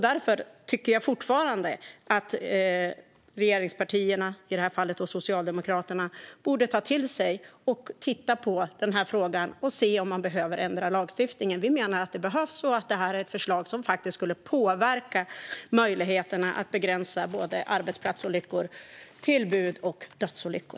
Därför tycker jag fortfarande att regeringspartierna, i det här fallet Socialdemokraterna, borde ta det till sig, titta på frågan och se om man behöver ändra lagstiftningen. Vi menar att det behövs och att detta är ett förslag som skulle påverka möjligheterna att begränsa både arbetsplatsolyckor, tillbud och dödsolyckor.